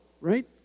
right